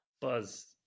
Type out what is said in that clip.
Buzz